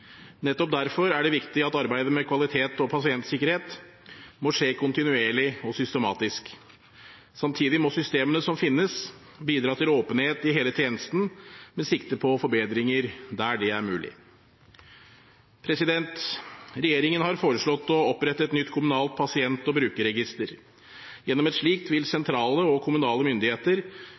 Nettopp derfor er det viktig at arbeidet med kvalitet og pasientsikkerhet må skje kontinuerlig og systematisk. Samtidig må systemene som finnes, bidra til åpenhet i hele tjenesten – med sikte på forbedringer der det er mulig. Regjeringen har foreslått å opprette et nytt kommunalt pasient- og brukerregister. Gjennom et slikt vil sentrale og kommunale myndigheter